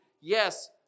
Yes